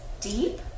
deep